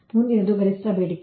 ಮುಂದಿನದು ಗರಿಷ್ಠ ಬೇಡಿಕೆ